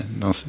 dans